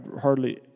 hardly